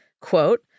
Quote